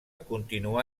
continuà